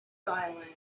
silent